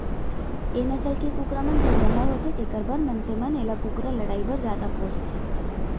ए नसल के कुकरा मन झगरहा होथे तेकर बर मनसे मन एला कुकरा लड़ई बर जादा पोसथें